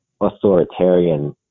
authoritarian